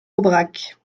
aubrac